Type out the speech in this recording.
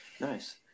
Nice